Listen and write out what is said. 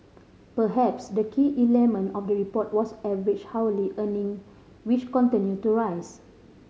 perhaps the key element of the report was average hourly earning which continue to rise